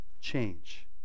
change